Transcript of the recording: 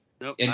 Nope